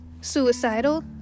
suicidal